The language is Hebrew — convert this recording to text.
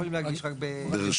יכולים להגיש רק ברשות.